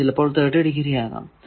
അത് ചിലപ്പോൾ 30 ഡിഗ്രി ആകാം